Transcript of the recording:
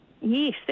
Yes